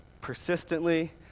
persistently